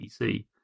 PC